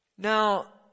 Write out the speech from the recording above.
Now